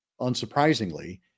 unsurprisingly